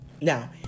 now